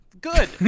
good